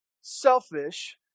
selfish